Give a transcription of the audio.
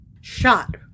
shot